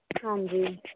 ਹਾਂਜੀ